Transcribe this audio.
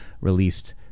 released